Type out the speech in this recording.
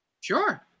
Sure